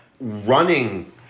running